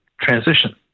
transition